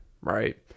right